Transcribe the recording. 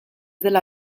dela